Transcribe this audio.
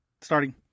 starting